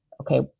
okay